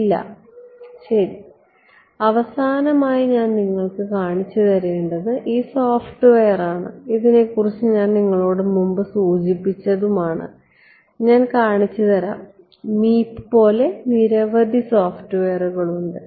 ഇല്ല ശരി അവസാനമായി ഞാൻ നിങ്ങൾക്ക് കാണിച്ചുതരേണ്ടത് ഈ സോഫ്റ്റ്വെയറാണ് ഇതിനെക്കുറിച്ച് ഞാൻ മുമ്പ് നിങ്ങളോട് സൂചിപ്പിച്ചതാണ് ഞാൻ കാണിച്ചുതരാംകാരണം മീപ് പോലെ നിരവധി സോഫ്റ്റ്വെയറുകൾ ഉണ്ട്